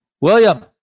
William